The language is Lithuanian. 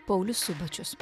paulius subačius